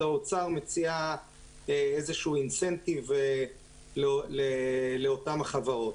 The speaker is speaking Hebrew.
האוצר מציע איזה שהוא "אינסנטיב" לאותן חברות.